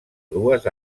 dues